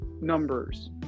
numbers